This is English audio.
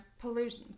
pollution